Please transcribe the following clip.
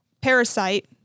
Parasite